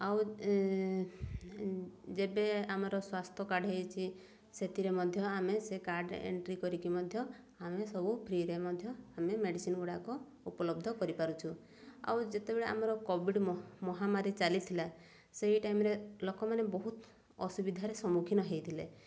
ଆଉ ଯେବେ ଆମର ସ୍ୱାସ୍ଥ୍ୟ କାର୍ଡ଼ ହୋଇଛି ସେଥିରେ ମଧ୍ୟ ଆମେ ସେ କାର୍ଡ଼ରେ ଏଣ୍ଟ୍ରି କରିକି ମଧ୍ୟ ଆମେ ସବୁ ଫ୍ରୀରେ ମଧ୍ୟ ଆମେ ମେଡ଼ିସିନ୍ ଗୁଡ଼ାକ ଉପଲବ୍ଧ କରିପାରୁଛୁ ଆଉ ଯେତେବେଳେ ଆମର କୋଭିଡ଼୍ ମହାମାରୀ ଚାଲିଥିଲା ସେଇ ଟାଇମ୍ରେ ଲୋକମାନେ ବହୁତ ଅସୁବିଧାରେ ସମ୍ମୁଖୀନ ହୋଇଥିଲେ